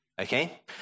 Okay